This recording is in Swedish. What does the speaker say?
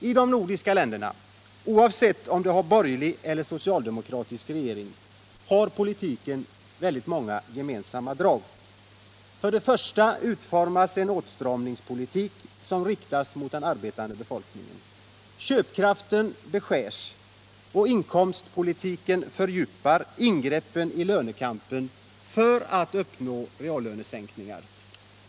I de nordiska länderna, oavsett om de har borgerlig eller socialdemokratisk regering, har politiken många gemensamma drag. För det första utformas en åtstramningspolitik som riktar sig mot den arbetande befolkningen. Köpkraften beskärs och inkomstpolitiken fördjupar ingreppen i lönekampen för att uppnå reallönesänkningar.